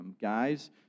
guys